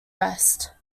rest